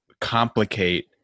complicate